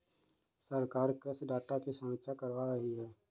सरकार कृषि डाटा की समीक्षा करवा रही है